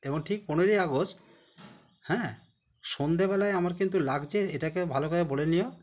এবং ঠিক পনেরোই আগস্ট হ্যাঁ সন্ধেবেলায় আমার কিন্তু লাগছে এটাকে ভালো করে বলে নিও